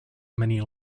many